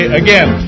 again